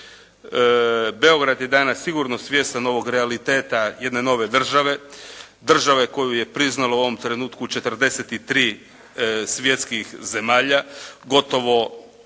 Beograd je danas sigurno svjestan ovog realiteta jedne nove države, države koju je priznalo u ovom trenutku 43 svjetskih zemalja, gotovo